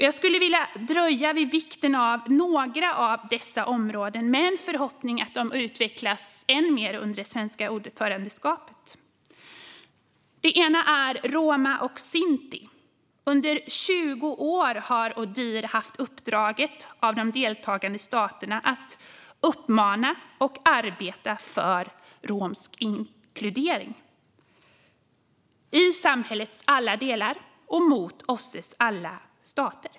Jag skulle vilja dröja vid vikten av några av dessa områden med en förhoppning om att de utvecklas än mer under det svenska ordförandeskapet. Det ena är situationen för roma och sinti. Under 20 år har ODIHR haft uppdraget från de deltagande staterna att uppmana och arbeta för romsk inkludering i samhällets alla delar och mot OSSE:s alla stater.